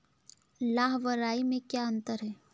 लाह व राई में क्या अंतर है?